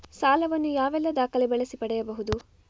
ಸಾಲ ವನ್ನು ಯಾವೆಲ್ಲ ದಾಖಲೆ ಬಳಸಿ ಪಡೆಯಬಹುದು?